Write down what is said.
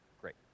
Great